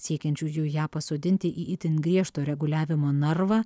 siekiančiųjų ją pasodinti į itin griežto reguliavimo narvą